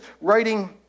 writing